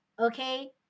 okay